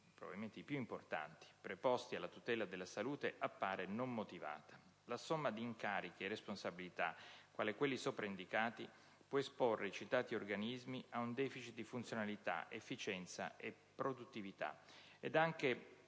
probabilmente i più importanti, preposti alla tutela della salute appare non motivata. La somma di incarichi e responsabilità quali quelli sopra indicati può esporre i citati organismi a un *deficit* di funzionalità, efficienza, produttività,